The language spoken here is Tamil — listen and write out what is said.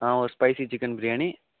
ஆ ஒரு ஸ்பைசி சிக்கன் பிரியாணி